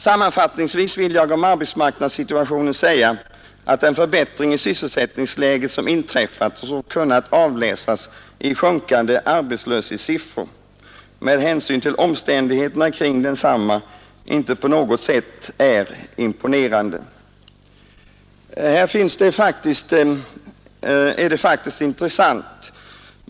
Sammanfattningsvis vill jag om arbetsmarknadssituationen säga, att den förbättring i sysselsättningsläget som inträffat och som kunnat avläsas i de sjunkande arbetslöshetssiffrorna med hänsyn till omständigheterna kring densamma inte på något sätt är imponerande.